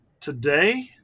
today